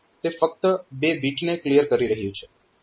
તે ફક્ત બે બિટને ક્લિયર કરી રહ્યું છે